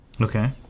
Okay